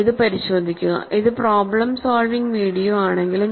ഇത് പരിശോധിക്കുക ഇത് പ്രോബ്ലം സോൾവിങ് വീഡിയോയാണെങ്കിലും